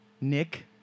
Nick